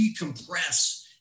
decompress